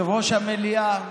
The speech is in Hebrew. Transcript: יושבת-ראש המליאה,